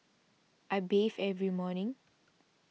I bathe every morning